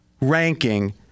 ranking